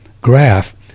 graph